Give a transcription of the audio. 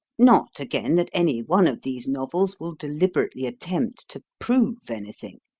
not, again, that any one of these novels will deliberately attempt to prove anything.